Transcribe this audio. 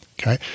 okay